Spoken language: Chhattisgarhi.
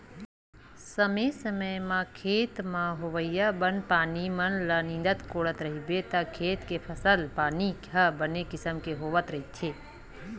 समे समे म खेत म होवइया बन पानी मन ल नींदत कोड़त रहिबे त खेत के फसल पानी ह बने किसम के होवत रहिथे